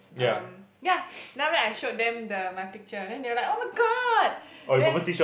erm yeah then after that I showed them the my picture then they were like oh my-god then